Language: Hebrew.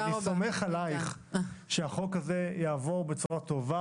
אני סומך עליך שהצעת החוק הזאת תעבור בצורה טובה